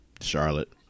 Charlotte